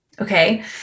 Okay